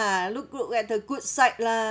look good at the good side lah